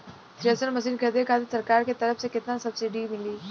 Thresher machine खरीदे खातिर सरकार के तरफ से केतना सब्सीडी मिली?